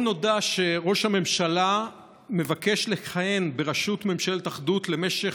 היום נודע שראש הממשלה מבקש לכהן בראשות ממשלת אחדות למשך